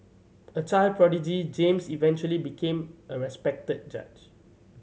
a child prodigy James eventually became a respected judge